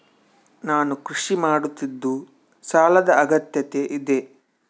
ನಾನು ಕೃಷಿ ಮಾಡುತ್ತಿದ್ದು ಸಾಲದ ಅಗತ್ಯತೆ ಇದೆ?